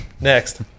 Next